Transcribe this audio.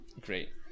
great